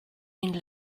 mynd